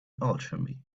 alchemy